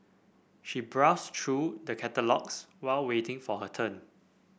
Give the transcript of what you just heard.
she browsed through the catalogues while waiting for her turn